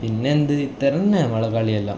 പിന്നെ എന്ത് ഇതുതന്നെ നമ്മള കളിയെല്ലാം